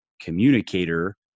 communicator